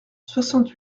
soixante